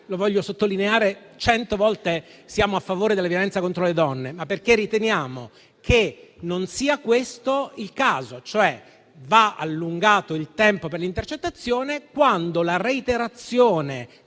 lo voglio sottolineare certe volte - siamo a favore della violenza contro le donne, ma perché riteniamo che non sia questo il caso. Va allungato il tempo per l'intercettazione quando la reiterazione